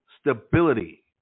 stability